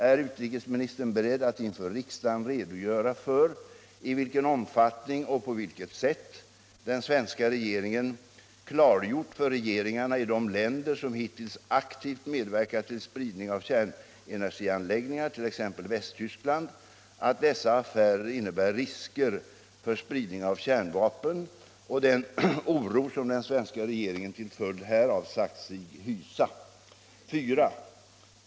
Är utrikesministern beredd att inför riksdagen redogöra för i vilken omfattning och på vilket sätt den svenska regeringen klargjort för regeringarna i de länder som hittills aktivt medverkat till spridning av kärnenergianläggningar, t.ex. Västtyskland, att dessa affärer innebär risker för spridning av kärnvapen och den oro som den svenska regeringen till följd härav sagt sig hysa? 4.